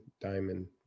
diamond